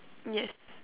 yes